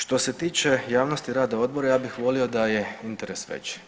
Što se tiče javnosti rada odbora ja bih volio da je interes veći.